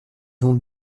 ondes